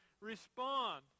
respond